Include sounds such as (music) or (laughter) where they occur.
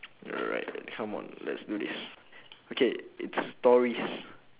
alright (noise) come on let's do this okay it's stories